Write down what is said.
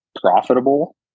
profitable